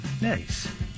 Nice